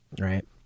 right